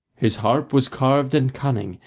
his harp was carved and cunning,